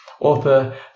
author